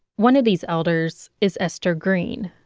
one of these elders is esther green.